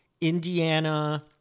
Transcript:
Indiana